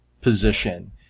position